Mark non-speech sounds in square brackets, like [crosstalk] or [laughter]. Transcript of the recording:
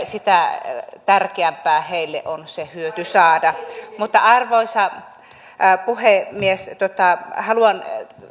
[unintelligible] sitä tärkeämpää heille on se hyöty saada arvoisa puhemies haluan